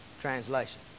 translation